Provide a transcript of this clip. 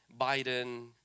Biden